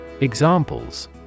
Examples